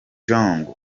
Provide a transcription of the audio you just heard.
jong